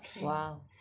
Wow